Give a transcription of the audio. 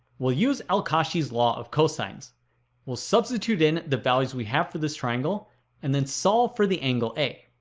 we'll use al-kashi's law of cosines well substitute in the values we have for this triangle and then solve for the angle a